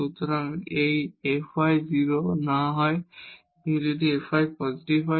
সুতরাং যদি এই fy 0 না হয় যদি fy পজিটিভ হয়